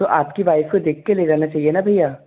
तो आपकी वाइफ़ को देख कर ले जाना चाहिए ना भैया